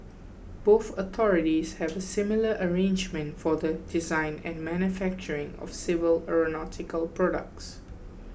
both authorities have a similar arrangement for the design and manufacturing of civil aeronautical products